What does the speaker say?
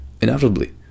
inevitably